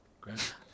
Great